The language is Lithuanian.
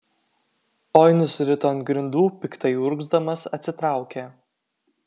oi nusirito ant grindų piktai urgzdamas atsitraukė